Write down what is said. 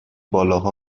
بالاها